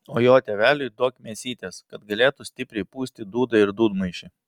o jo tėveliui duok mėsytės kad galėtų stipriai pūsti dūdą ir dūdmaišį